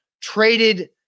traded